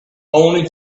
only